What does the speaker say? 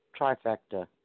trifecta